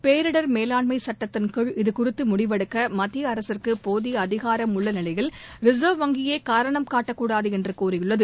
பேரிடர் மேலாண்மை சட்டத்தின்கீழ் இதுகுறித்து முடிவெடுக்க மத்திய அரசுக்கு போதிய அதிகாரம் உள்ள நிலையில் ரிசர்வ் வங்கியை காரணம் காட்டக்கூடாது என்று கூறியுள்ளது